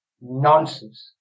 nonsense